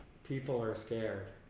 ppl are scared